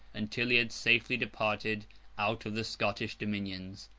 until he had safely departed out of the scottish dominions.